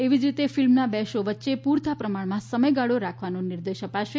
એવી જ રીતે ફિલ્મના બે શો વચ્ચે પૂરતા પ્રમાણમાં સમયગાળો રાખવાનો નિર્દેશ અપાશે